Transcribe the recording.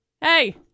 hey